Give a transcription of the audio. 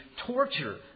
torture